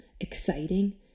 Exciting